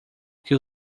que